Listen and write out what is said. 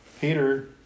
Peter